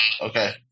Okay